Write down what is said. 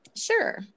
Sure